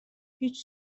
هیچ